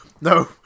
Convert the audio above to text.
No